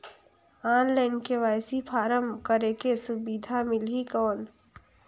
Online KYC form करेके सुविधा मिली कौन?